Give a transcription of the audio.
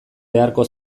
beharko